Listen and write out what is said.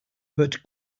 but